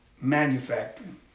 Manufacturing